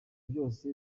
byose